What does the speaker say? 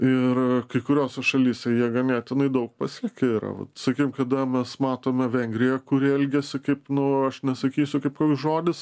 ir kai kuriose šalyse jie ganėtinai daug pasiekę yra vat sakykim kada mes matome vengriją kuri elgiasi kaip nu aš nesakysiu kaip koks žodis